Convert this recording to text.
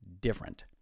different